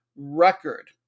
record